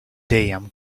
dejjem